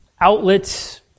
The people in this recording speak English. outlets